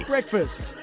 Breakfast